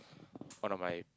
one of my